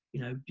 you know,